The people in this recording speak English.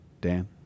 dan